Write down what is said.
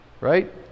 Right